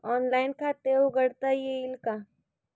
Online खाते उघडता येईल का?